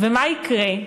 ומה יקרה?